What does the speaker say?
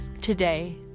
today